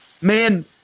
man